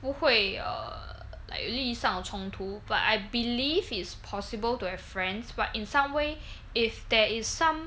不会 err like 利益上的冲突 but I believe it's possible to have friends but in some way if there is some